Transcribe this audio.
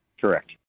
Correct